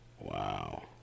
Wow